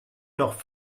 noch